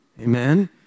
Amen